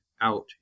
out